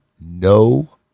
no